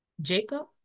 Jacob